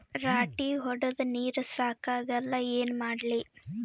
ರಾಟಿ ಹೊಡದ ನೀರ ಸಾಕಾಗಲ್ಲ ಏನ ಮಾಡ್ಲಿ?